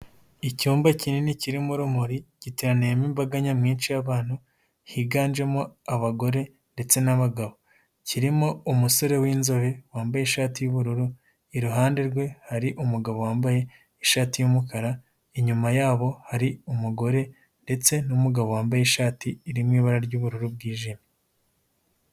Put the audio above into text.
Icyumba kinini kirimo urumuri giteraniyemo imbaga nyamwinshi y'abantu higanjemo abagore ndetse n'abagabo, kirimo umusore w'inzobe wambaye ishati y'ubururu iruhande rwe hari umugabo wambaye ishati y'umukara inyuma yabo hari umugore ndetse n'umugabo wambaye ishati irimo ibara ry'ubururu bwijimye.